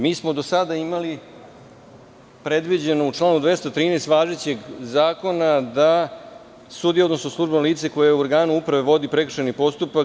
Mi smo do sada imali predviđeno u članu 213. važećeg zakona, da sudije odnosno služba, lice koje je u organu uprave, vodi prekršajni postupak.